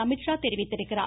அமித்ஷா தெரிவித்துள்ளார்